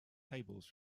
tables